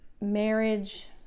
marriage